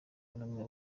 n’umwe